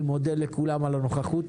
אני מודה לכולם על הנוכחות.